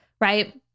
Right